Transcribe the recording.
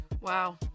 Wow